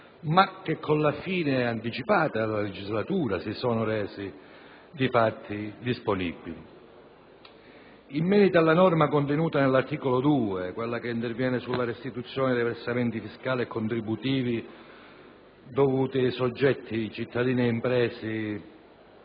ma che con la fine anticipata della stessa si sono resi di fatto disponibili. In merito alla norma contenuta nell'articolo 2, quella che interviene sulla restituzione dei versamenti fiscali e contributivi dovuti dai soggetti (cittadini e imprese)